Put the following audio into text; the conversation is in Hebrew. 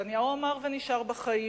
נתניהו אמר ונשאר בחיים,